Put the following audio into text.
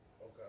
Okay